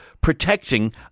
protecting